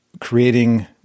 creating